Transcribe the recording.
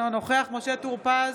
אינו נוכח משה טור פז,